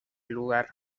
lugar